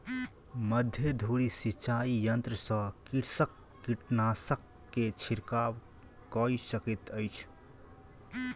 मध्य धूरी सिचाई यंत्र सॅ कृषक कीटनाशक के छिड़काव कय सकैत अछि